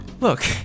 look